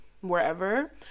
wherever